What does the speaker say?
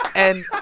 and.